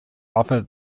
offer